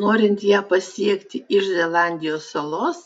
norint ją pasiekti iš zelandijos salos